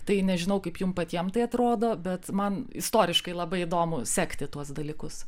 tai nežinau kaip jums patiem tai atrodo bet man istoriškai labai įdomu sekti tuos dalykus